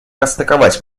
расстыковать